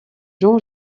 jean